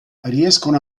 riescono